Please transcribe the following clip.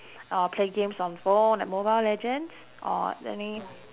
or play games on phone like mobile legends or any